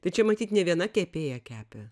tai čia matyt nė viena kepėja kepė